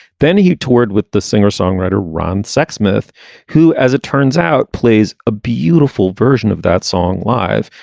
then you toured with the singer songwriter ron sexsmith who as it turns out plays a beautiful version of that song live.